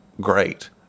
great